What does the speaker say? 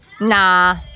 Nah